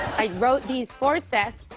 i wrote these for seth.